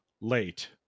late